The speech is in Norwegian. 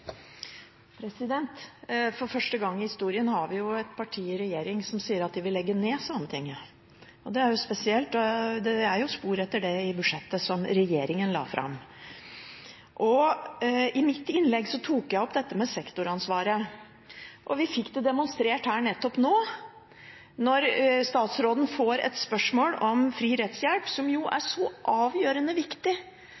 For første gang i historien har vi et parti i regjering som sier at de vil legge ned Sametinget. Det er spesielt, og det er jo spor etter det i budsjettet som regjeringen la fram. I mitt innlegg tok jeg opp dette med sektoransvaret, og vi fikk det demonstrert her nettopp nå. Når statsråden får et spørsmål om fri rettshjelp, som er